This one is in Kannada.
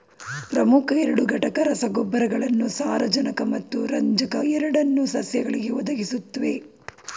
ಪ್ರಮುಖ ಎರಡು ಘಟಕ ರಸಗೊಬ್ಬರಗಳು ಸಾರಜನಕ ಮತ್ತು ರಂಜಕ ಎರಡನ್ನೂ ಸಸ್ಯಗಳಿಗೆ ಒದಗಿಸುತ್ವೆ